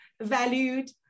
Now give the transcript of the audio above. valued